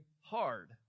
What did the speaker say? hard